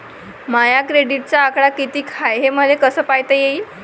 माया क्रेडिटचा आकडा कितीक हाय हे मले कस पायता येईन?